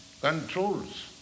controls